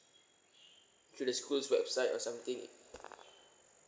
through the school's website or something